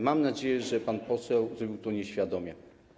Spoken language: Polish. Mam nadzieję, że pan poseł zrobił to nieświadomie.